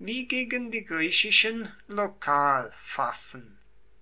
wie gegen die griechischen